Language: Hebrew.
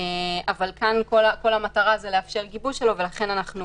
אבל כאן כל המטרה היא לאפשר גיבוש שלו ולכן אנחנו